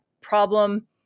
problem